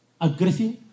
aggressive